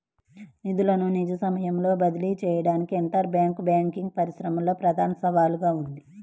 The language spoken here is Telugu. నిధులను నిజ సమయంలో బదిలీ చేయడానికి ఇంటర్ బ్యాంక్ బ్యాంకింగ్ పరిశ్రమలో ప్రధాన సవాలుగా ఉంది